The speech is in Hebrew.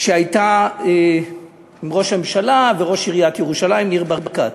שהייתה עם ראש הממשלה וראש עיריית ירושלים ניר ברקת.